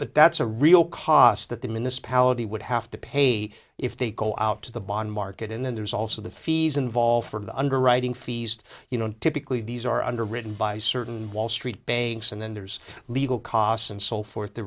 but that's a real cost that the municipality would have to pay if they go out to the bond market and then there's also the fees involved for the underwriting fees you know typically these are underwritten by certain wall street banks and then there's legal costs and so forth